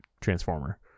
transformer